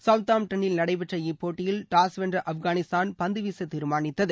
சவுத்தாம்டனில் நடைபெற்ற இப்போட்டியில் டாஸ் வென்ற ஆப்கானிஸ்தான் பந்துவீச தீர்மானித்தது